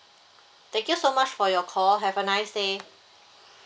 thank you so much for your call have a nice day